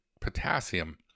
potassium